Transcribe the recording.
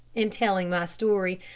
in telling my story,